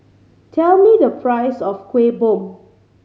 tell me the price of Kuih Bom